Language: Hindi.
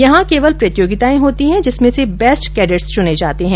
यहां केवल प्रतियोगिताएं होती है जिसमें से बेस्ट कैंडेट्स च्चने जाते हैं